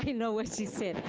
you know what she said.